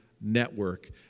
network